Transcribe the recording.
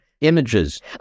images